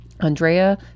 Andrea